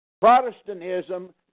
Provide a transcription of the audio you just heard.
Protestantism